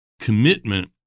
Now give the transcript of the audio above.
commitment